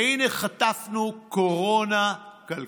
והינה חטפנו קורונה כלכלית.